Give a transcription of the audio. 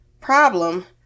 problem